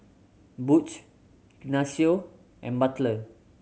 Butch Ignacio and Butler